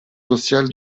social